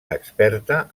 experta